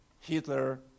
Hitler